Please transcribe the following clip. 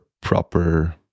proper